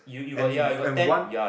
and and one